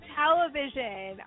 television